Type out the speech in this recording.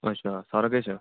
अच्छा सारा किश